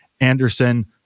Anderson